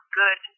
good